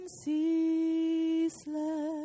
ceaseless